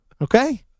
Okay